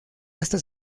hasta